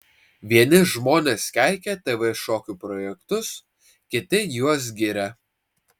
vieni žmonės keikia tv šokių projektus kiti juos giria